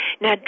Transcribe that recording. Now